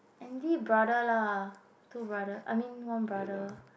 anti brother lah two brother I mean one brother